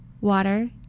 water